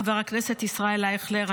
חבר הכנסת ישראל אייכלר,